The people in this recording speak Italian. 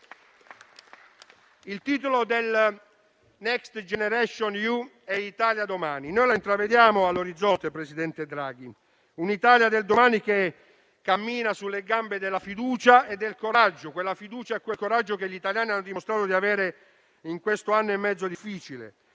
Il piano Next generation EU parla dell'Italia di domani e noi la intravediamo all'orizzonte, signor presidente Draghi: un'Italia del domani che cammina sulle gambe della fiducia e del coraggio; quella fiducia e quel coraggio che gli italiani hanno dimostrato di avere in questo anno e mezzo difficile.